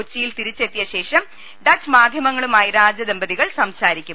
കൊച്ചിയിൽ തിരിച്ചെത്തിയ ശേഷം ഡച്ച് മാധ്യമങ്ങളുമായി രാജദമ്പതികൾ സംസാരിക്കും